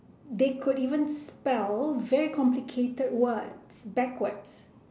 they could even spell very complicated words backwards